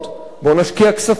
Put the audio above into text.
בוא נשקיע כספים,